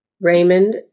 Raymond